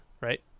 right